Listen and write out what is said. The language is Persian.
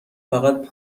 فقط